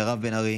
מירב בן ארי,